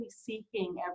seeking